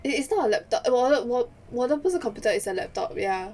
it is not a laptop 我的我的不是 computer is a laptop ya